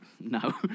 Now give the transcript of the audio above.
no